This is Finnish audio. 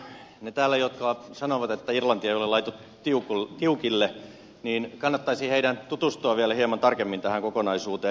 niiden täällä jotka sanovat että irlantia ei ole laitettu tiukille kannattaisi tutustua vielä hieman tarkemmin tähän kokonaisuuteen